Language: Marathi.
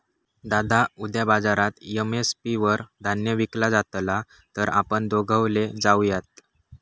दादा उद्या बाजारात एम.एस.पी वर धान्य विकला जातला तर आपण दोघवले जाऊयात